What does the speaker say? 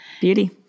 Beauty